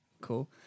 Cool